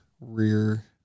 rear